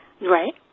Right